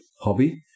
hobby